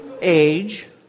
age